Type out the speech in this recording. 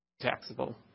taxable